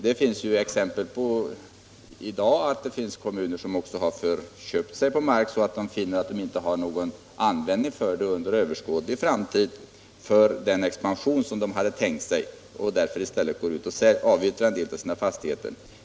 Det finns i dag exempel på kommuner som har förköpt sig på mark, så att de finner att de inte under överskådlig framtid har någon användning för den i den expansion som de nu kan tänka sig. De går därför ut och avyttrar en del av sina fastigheter.